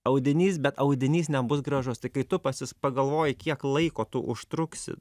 audinys bet audinys nebus gražus tai kai tu pasis pagalvoji kiek laiko tu užtruksi